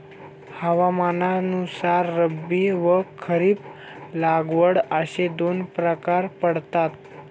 हवामानानुसार रब्बी व खरीप लागवड असे दोन प्रकार पडतात